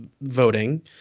voting